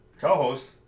Co-host